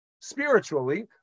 Spiritually